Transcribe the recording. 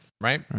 Right